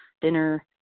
dinner